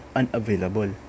unavailable